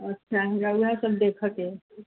अच्छा हमरा वएह सभ देखऽके अइ